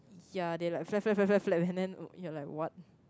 ya they like flap flap flap flap flap and then you're like what